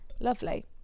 lovely